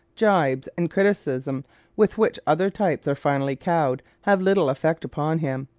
jibes and criticism with which other types are finally cowed, have little effect upon him.